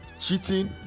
cheating